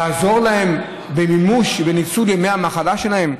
לעזור להן במימוש וניצול של ימי המחלה שלהן?